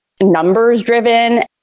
numbers-driven